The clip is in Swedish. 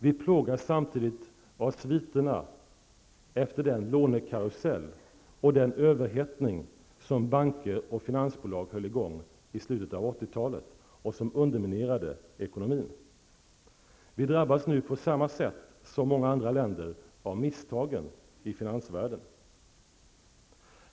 Vi plågas samtidigt av sviterna efter den lånekarusell och den överhettning som banker och finansbolag höll i gång i slutet av 80-talet och som underminerade ekonomin. Vi drabbas nu på samma sätt som många andra länder av misstagen i finansvärlden.